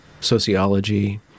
sociology